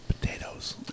potatoes